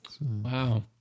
Wow